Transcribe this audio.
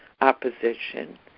opposition